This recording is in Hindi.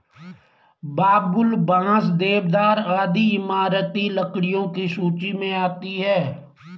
बबूल, बांस, देवदार आदि इमारती लकड़ियों की सूची मे आती है